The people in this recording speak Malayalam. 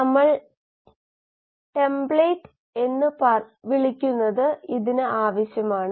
നമ്മുടെ താല്പര്യം എഞ്ചിൻ നിർമ്മാണത്തിലാണെങ്കിൽ ഏകദേശം ഒരു മണിക്കൂർ സമയം ബോൾട്ട് നിർമ്മാണത്തിന്റെ അസ്ഥിരമായ വശങ്ങൾ കുറച്ച് നിമിഷങ്ങൾ അപ്രസക്തമാണ്